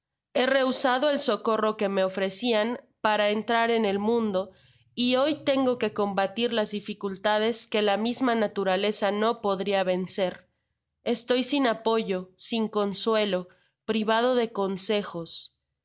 he rehusado et socorro que me ofrecian para enirar ea ú mundo y hoy tengo que combatir las dificultades que la misma naturaleza no podria vencer estoy sin apoyo sin consuelo privado de consejos